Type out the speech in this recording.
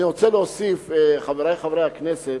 אני רוצה להוסיף, חברי חברי הכנסת,